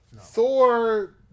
Thor